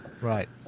right